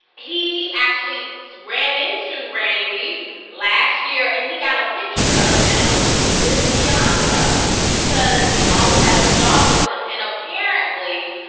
he actually ran into randy last year, and he got a picture of him with bianca because he always has his dog with him. and apparently,